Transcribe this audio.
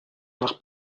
nach